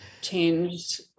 changed